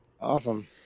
Awesome